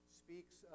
speaks